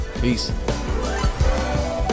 peace